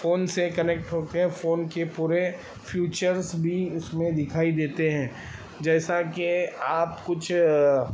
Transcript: phone سے connect ہو کے فون کے پورے فیوچرس بھی اس میں دکھائی دیتے ہیں جیسا کہ آپ کچھ